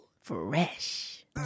Fresh